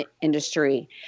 industry